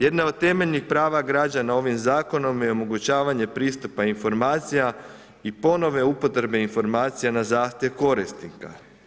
Jedna od temeljnih prava građana ovim zakonom je onemogućavanje pristupa informacija i ponovne upotrebe informacije na zahtjeva korisnika.